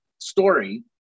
story